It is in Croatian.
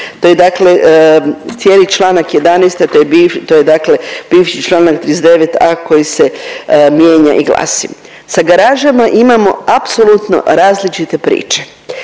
To je dakle cijeli Članak 11., a to biv… to je dakle bivši Članak 39a. koji se mijenja i glasi. Sa garažama imamo apsolutno različite priče,